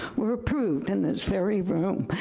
were approved in this very room,